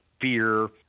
fear